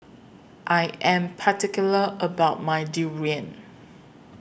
I Am particular about My Durian